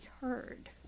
heard